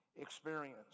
experience